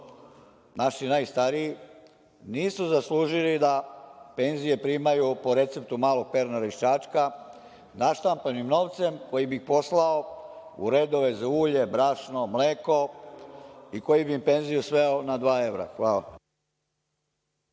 Naši najstariji nisu zaslužili da penzije primaju po receptu malog Pernara iz Čačka, naštampanim novcem koji bi poslao u redove za ulje, brašno, mleko i koji bi penzije sveo na dva evra. Hvala.